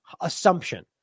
assumption